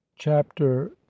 Chapter